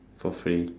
for free